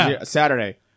Saturday